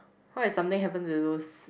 why is something happen to those